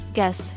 Guess